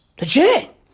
Legit